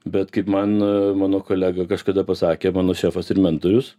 bet kaip man mano kolega kažkada pasakė mano šefas ir mentorius